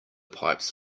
pipes